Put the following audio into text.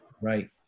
right